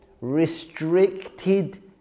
restricted